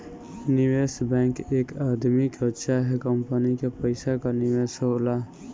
निवेश बैंक एक आदमी कअ चाहे कंपनी के पइसा कअ निवेश होला